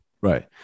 right